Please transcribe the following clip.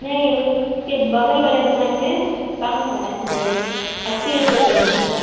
नहीं उसके बगल वाले दुकान में कम है अस्सी रुपए के जी है